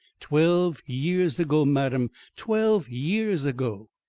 twelve years ago, madam twelve years ago.